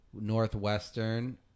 northwestern